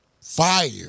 fire